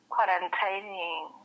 Quarantining